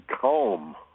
calm